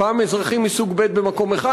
פעם אזרחים מסוג ב' במקום אחד,